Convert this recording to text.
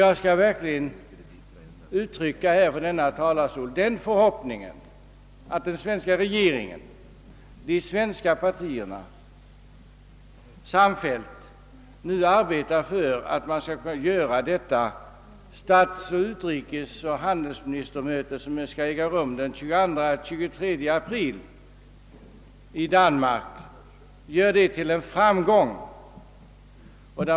Jag skall verkligen från denna talarstol uttrycka den förhoppningen att den svenska regeringen — och de svenska partierna — nu samfällt arbetar för att göra det stats-, utrikesoch handelsministermöte, som skall äga rum i Danmark den 22—23 april, till en framgång.